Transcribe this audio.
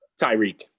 Tyreek